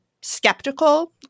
skeptical